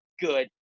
good